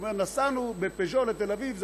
הוא אומר: נסענו בפז'ו לתל אביב,